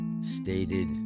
stated